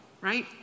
right